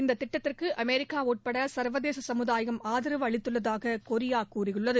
இந்த திட்டத்திற்கு அமெரிக்கா உட்பட சா்வதேச சமுதாயம் ஆதரவு அளித்துள்ளதாக கொரியா கூறியுள்ளது